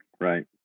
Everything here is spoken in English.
Right